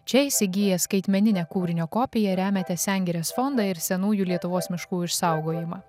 čia įsigiję skaitmeninę kūrinio kopiją remiate sengirės fondą ir senųjų lietuvos miškų išsaugojimą